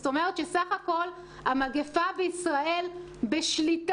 זאת אומרת, שסך הכול, המגפה בישראל בשליטה,